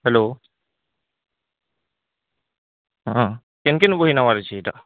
hello ହଁ କିନ କିନ ବହି ନବାର ଅଛି ଇଟା